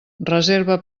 reserva